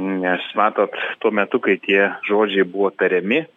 nes matot tuo metu kai tie žodžiai buvo tariami